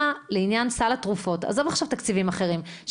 עזוב עכשיו תקציבים אחרים,